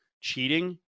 cheating